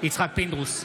יצחק פינדרוס,